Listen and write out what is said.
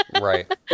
Right